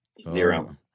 Zero